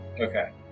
Okay